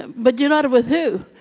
but united with who?